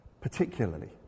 particularly